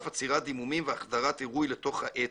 עצירת דימומים והחדרת עירוי לתוך העצם.